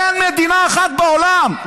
אין מדינה אחת בעולם.